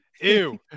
Ew